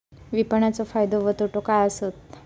विपणाचो फायदो व तोटो काय आसत?